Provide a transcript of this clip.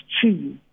true